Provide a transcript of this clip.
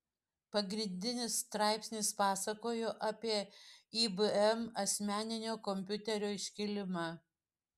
pagrindinis straipsnis pasakojo apie ibm asmeninio kompiuterio iškilimą